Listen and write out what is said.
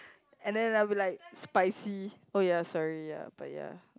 and then I'll be like spicy oh ya sorry ya but ya